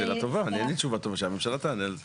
אין לי תשובה טובה, שהממשלה תענה על זה.